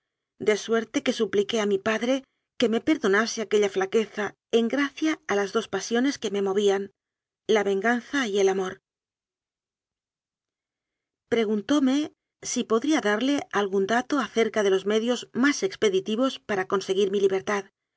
de suerte que su pliqué a mi padre que me perdonase aquella fla queza en gracia a las dos pasiones que me movían la venganza y el amor preguntóme si podría darte algún dato acerca de los medios más expeditivos para conseguir mi libertad